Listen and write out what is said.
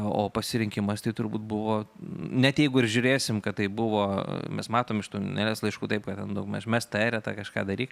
o pasirinkimas turbūt buvo net jeigu ir žiūrėsim kad tai buvo mes matom iš tų nėries laiškų taip kad ten daugmaž mesk tą eretą kažką daryk